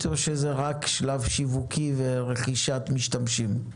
או שזה רק שלב שיווקי ורכישת משתמשים?